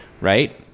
right